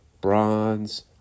bronze